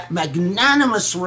magnanimous